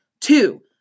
Two